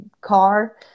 car